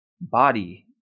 body